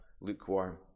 lukewarm